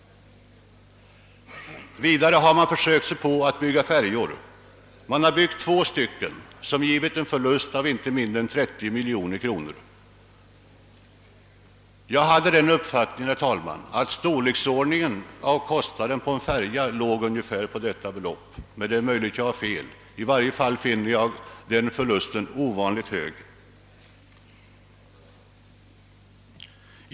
Vidare har man försökt sig på att bygga färjor. Två sådana har byggts och medfört en förlust på inte mindre än 30 miljoner kronor. Jag trodde faktiskt att den sammanlagda kostnaden för en färja låg ungefär på detta belopp, men det är möjligt att jag har fel. Hur som helst finner jag förlusten ovanligt stor.